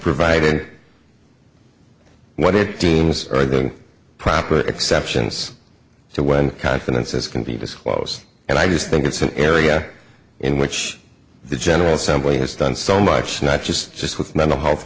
are the proper exceptions so when confidences can be disclosed and i just think it's an area in which the general assembly has done so much not just just with mental health